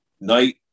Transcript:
night